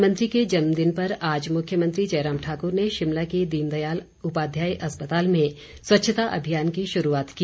प्रधानमंत्री के जन्मदिन पर आज मुख्यमंत्री जयराम ठाकुर ने शिमला के दीन दयाल उपाध्याय अस्पताल में स्वच्छता अभियान की शुरूआत की